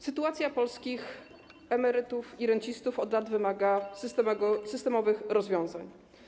Sytuacja polskich emerytów i rencistów od lat wymaga systemowych rozwiązań.